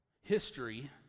history